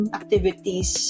activities